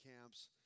camps